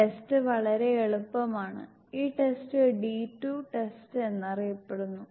test വളരെ എളുപ്പമാണ് ഈ ടെസ്റ്റ് D2 ടെസ്റ്റ് എന്നറിയപ്പെടുന്നു